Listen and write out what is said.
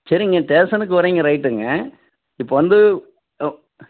சரிங்க ஸ்டேஷனுக்கு வர்றீங்க ரைட்டுங்க இப்போ வந்து